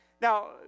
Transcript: Now